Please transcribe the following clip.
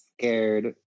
scared